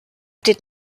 did